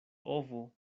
ovo